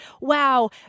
wow